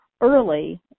early